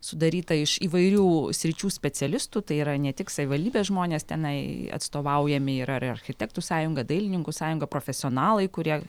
sudaryta iš įvairių sričių specialistų tai yra ne tik savivaldybės žmonės tenai atstovaujami yra ir architektų sąjunga dailininkų sąjunga profesionalai kurie